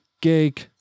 gig